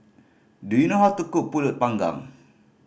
do you know how to cook Pulut Panggang